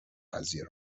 قضیه